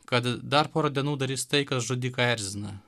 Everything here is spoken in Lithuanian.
kad dar porą dienų darys tai kas žudiką erzina